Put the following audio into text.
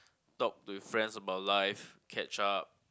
talk to friends about life catch up